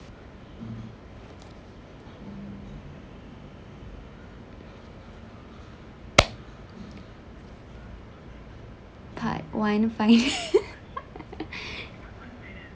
part one finance